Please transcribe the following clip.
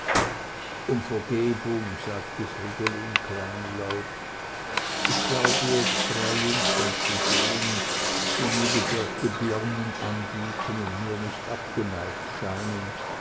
um vergebung sagte fridolin kleinlaut ich glaube jetzt drei jungfern zu sehen die mir gedörrte birnen anbieten und mir nicht abgeneigt scheinen